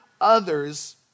others